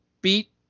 beat